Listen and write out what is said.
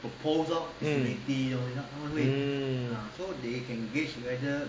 mm mm